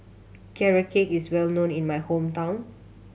Carrot Cake is well known in my hometown